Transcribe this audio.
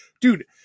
dude